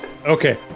Okay